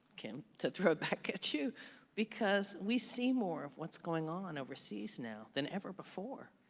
kim, to throw it back at you because we see more of what's going on overseas now than ever before,